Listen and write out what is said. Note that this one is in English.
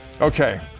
Okay